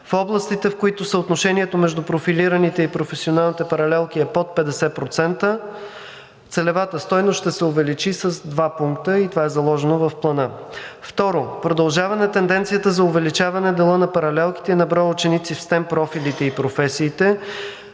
В областите, в които съотношението между профилираните и професионалните паралелки е под 50%, целевата стойност ще се увеличи с 2 пункта и това е заложено в плана. Второ, продължаване тенденцията за увеличаване дела на паралелките и на броя на ученици в STEM профилите и професиите,